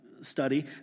Study